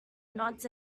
nodes